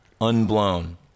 unblown